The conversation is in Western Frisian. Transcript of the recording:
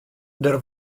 der